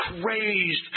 crazed